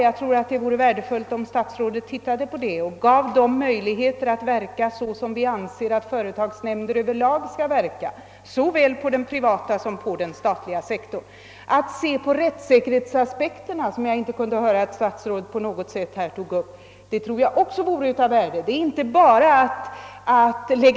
Jag tror det vore värdefullt om statsrådet ville se över hur företagsnämnderna skall beredas möjlighet att verka så som vi anser att de över lag skall verka på såväl den statliga som den privata sektorn. Likaså vore det av värde om statsrådet ville ta i betraktande rättssäkerhetsaspekterna, som jag inte kunde höra att statsrådet nämnde någonting om.